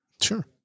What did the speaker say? Sure